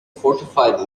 fortified